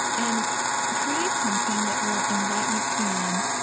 and create something that will invite you in.